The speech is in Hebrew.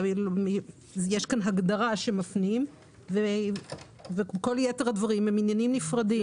יש כאן הגדרה שמפנים אליה וכל יתר הדברים הם עניינים נפרדים.